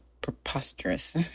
Preposterous